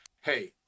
hey